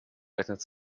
eignet